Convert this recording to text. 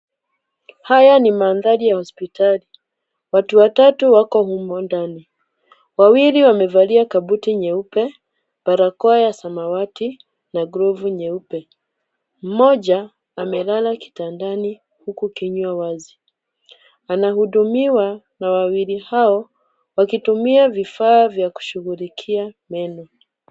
Haya ni mandhari ya hospitali. Watu watatu wako humo ndani. Wawili wamevalia kabuti nyeupe, barakoa ya samawati na glovu nyeupe. Mmoja amelala kitandani huku kinywa wazi. Anahudumiwa na wawili hao wakitumia vifaa vya kushughulikia meno.